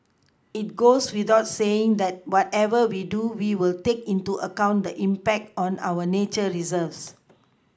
it goes without saying that whatever we do we will take into account the impact on our nature Reserves